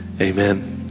Amen